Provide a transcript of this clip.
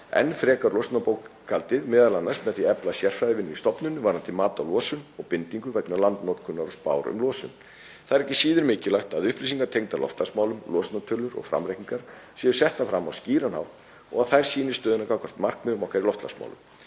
enn frekar losunarbókhaldið, m.a. með því að efla sérfræðivinnu í stofnunum varðandi mat á losun og bindingu vegna landnotkunar og spár um losun. Það er ekki síður mikilvægt að upplýsingar tengdar loftslagsmálum, losunartölur og framreikningar séu settir fram á skýran hátt og þeir sýni stöðuna gagnvart markmiðum okkar í loftslagsmálum.